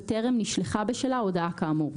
וטרם נשלחה בשלה הודעה כאמור.